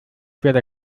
werde